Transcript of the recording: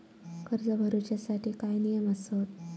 कर्ज भरूच्या साठी काय नियम आसत?